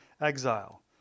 exile